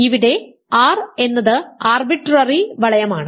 ഇവിടെ R എന്നത് arbitrary വലയമാണ്